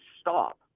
stop